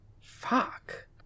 Fuck